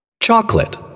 Chocolate